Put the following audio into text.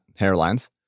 hairlines